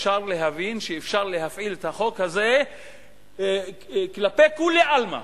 אפשר להבין שאפשר להפעיל את החוק הזה כלפי כולי עלמא,